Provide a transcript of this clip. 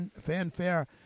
fanfare